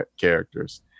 characters